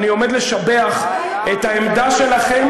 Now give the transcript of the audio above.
אני עומד לשבח את העמדה שלכם